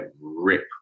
rip